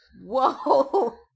whoa